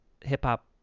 hip-hop